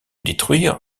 détruire